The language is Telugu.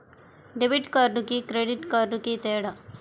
డెబిట్ కార్డుకి క్రెడిట్ కార్డుకి తేడా?